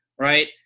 Right